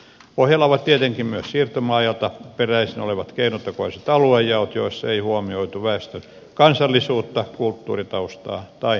pohjalla ovat tietenkin myös siirtomaa ajoilta peräisin olevat keinotekoiset aluejaot joissa ei huomioitu väestön kansallisuutta kulttuuritaustaa tai uskontoa